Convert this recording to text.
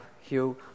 Hugh